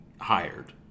hired